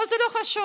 פה זה לא חשוב,